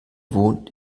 wohnt